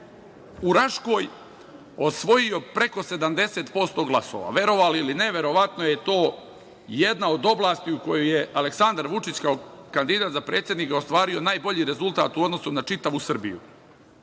u Raškoj, osvojio preko 70% glasova. Verovali ili ne, verovatno je to jedna od oblasti u kojoj je Aleksandar Vučić kao kandidat za predsednika ostvario najbolji rezultat u odnosu na čitavu Srbiju.